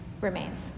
remains